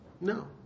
No